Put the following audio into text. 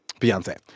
Beyonce